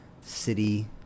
city